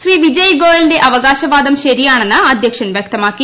ശ്രീ വിജയ് ഗോർയലിന്റെ അവകാശവാദം ശരിയാണെന്ന് അധ്യക്ഷൻ പ്യക്ത്മാക്കി